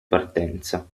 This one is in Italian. partenza